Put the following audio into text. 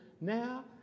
now